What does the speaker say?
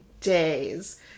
days